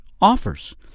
offers